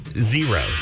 zero